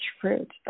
fruit